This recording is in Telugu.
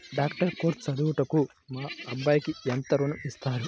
డాక్టర్ కోర్స్ చదువుటకు మా అబ్బాయికి ఎంత ఋణం ఇస్తారు?